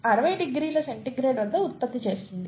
5 మరియు 60 డిగ్రీల C వద్ద ఉత్పత్తి చేస్తుంది